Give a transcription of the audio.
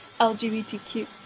LGBTQ